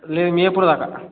లేదు మియాపూర్ దాకా